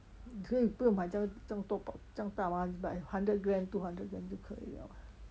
可以不用买将将多包将大 one 买 hundred gram two hundred gram 就可以